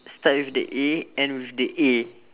start with the A end with the A